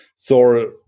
Thor